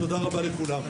תודה רבה לכולם.